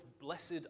Blessed